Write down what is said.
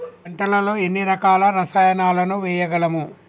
పంటలలో ఎన్ని రకాల రసాయనాలను వేయగలము?